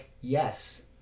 yes